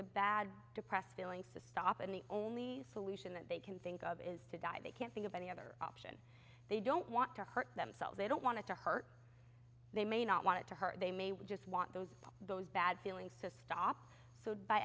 the bad depressed feelings to stop and the only solution that they can think of is to die they can't think of any other they don't want to hurt themselves they don't want to hurt they may not want to hurt they may we just want those those bad feelings to stop food by